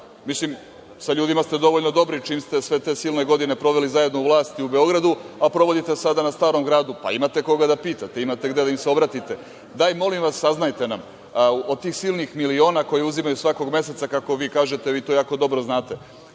Mislim, sa ljudima ste dovoljno dobri čim ste sve te silne godine proveli zajedno u vlasti u Beogradu, a provodite sada na Starom gradu, pa imate koga da pitate, imate gde da im se obratite. Daj, molim vas, saznajte nam od tih silnih miliona koje uzimaju svakog meseca, kako vi kažete, vi to jako dobro znate,